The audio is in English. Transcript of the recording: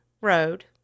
road